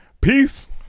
peace